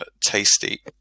tasty